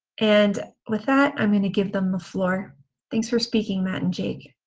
and with that i'm gonna give them the floor thanks for speaking matt and jake.